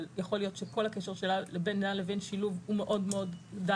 אבל יכול להיות שכל הקשר בינה לבין שילוב הוא מאוד דל.